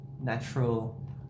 Natural